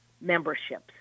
memberships